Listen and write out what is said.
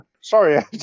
Sorry